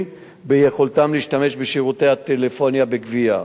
ביכולתם להשתמש בשירותי הטלפוניה בגבייה.